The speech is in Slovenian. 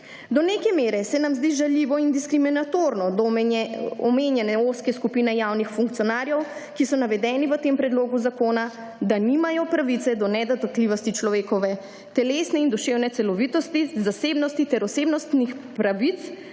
Do neke mere se nam zdi žaljivo in diskriminatorno do omenjene ozke skupine javnih funkcionarjev, ki so navedeni v tem predlogu zakona, da nimajo pravice do nedotakljivosti človekove telesne in duševne celovitosti, zasebnosti ter osebnostnih pravic,